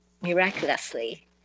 miraculously